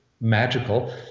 magical